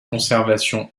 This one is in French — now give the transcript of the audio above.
conservation